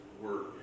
work